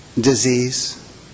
disease